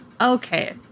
Okay